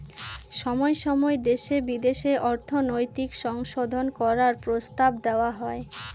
সময় সময় দেশে বিদেশে অর্থনৈতিক সংশোধন করার প্রস্তাব দেওয়া হয়